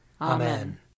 Amen